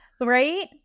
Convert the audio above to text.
Right